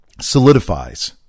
solidifies